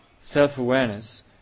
self-awareness